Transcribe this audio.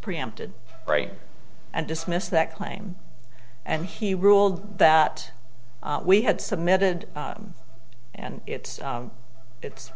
preempted right and dismissed that claim and he ruled that we had submitted and it's it's